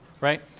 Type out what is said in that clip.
right